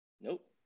Nope